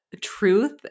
truth